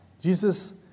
Jesus